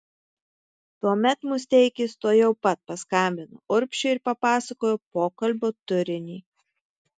tuomet musteikis tuojau pat paskambino urbšiui ir papasakojo pokalbio turinį